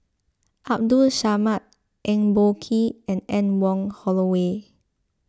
Abdul Samad Eng Boh Kee and Anne Wong Holloway